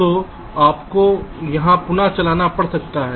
तो आपको यहाँ पुन चलना पड़ सकता है